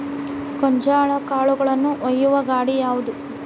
ಗೋಂಜಾಳ ಕಾಳುಗಳನ್ನು ಒಯ್ಯುವ ಗಾಡಿ ಯಾವದು?